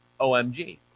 OMG